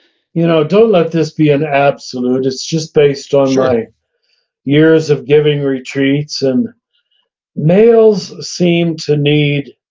you know, don't let this be an absolute. it's just based on my years of giving retreats. and males seem to need,